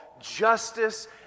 Justice